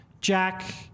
Jack